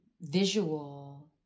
visual